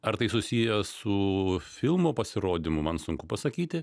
ar tai susiję su filmo pasirodymu man sunku pasakyti